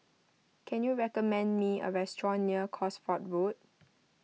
can you recommend me a restaurant near Cosford Road